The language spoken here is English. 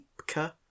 Peepka